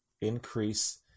increase